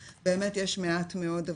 באמת יש עדיין מעט מאוד,